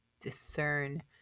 discern